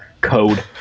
code